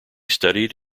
studied